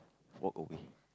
walk away